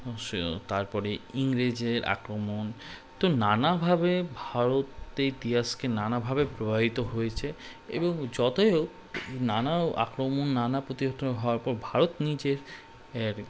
সে তারপরে ইংরেজের আক্রমণ তো নানাভাবে ভারতে ইতিহাসকে নানাভাবে প্রবাহিত হয়েছে এবং যত হোক নানা আক্রমণ নানা প্রতিঘটন হওয়ার পর ভারত নিজের এর